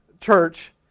church